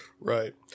Right